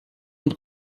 und